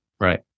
right